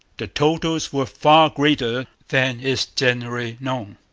the totals were far greater than is generally known.